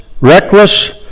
reckless